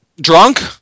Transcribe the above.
drunk